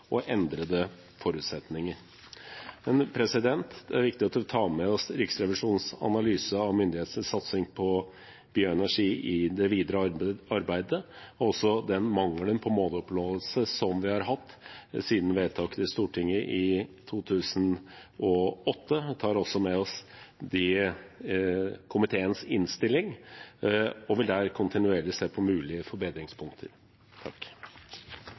og endrede forutsetninger. Det er viktig at vi tar med oss Riksrevisjonens analyse av myndighetenes satsing på bioenergi i det videre arbeidet, og også den mangelen på måloppnåelse som vi har hatt siden vedtaket i Stortinget i 2008. Vi tar også med oss komiteens innstilling og vil der kontinuerlig se på mulige forbedringspunkter.